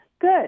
good